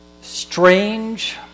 strange